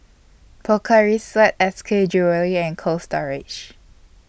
Pocari Sweat S K Jewellery and Cold Storage